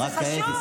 זה חשוב.